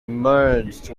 merged